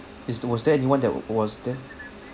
is there was there anyone that was there